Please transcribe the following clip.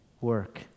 work